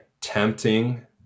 tempting